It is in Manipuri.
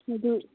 ꯑꯗꯨ